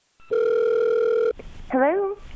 Hello